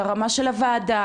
לרמה של הוועדה,